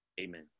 Amen